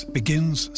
begins